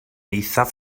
eithaf